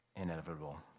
inevitable